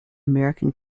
american